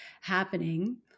happening